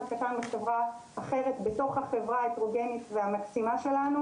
קטן בחברה אחרת בתוך החברה ההטרוגנית והמקסימה שלנו.